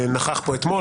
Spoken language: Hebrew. שנכחו פה אתמול.